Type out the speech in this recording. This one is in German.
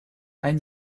ein